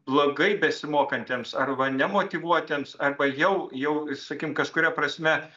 blogai besimokantiems arba nemotyvuotiems arba jau jau ir sakykim kažkuria prasme